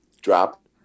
dropped